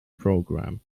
program